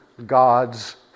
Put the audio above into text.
God's